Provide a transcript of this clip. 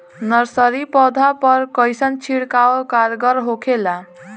Nursery पौधा पर कइसन छिड़काव कारगर होखेला?